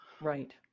Right